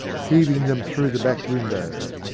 heaving them through the back windows.